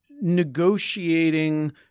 negotiating